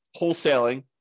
wholesaling